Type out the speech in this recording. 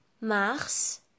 Mars